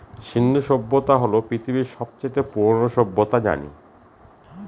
সিন্ধু সভ্যতা হল পৃথিবীর সব চাইতে পুরোনো সভ্যতা জানি